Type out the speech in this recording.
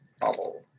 bubble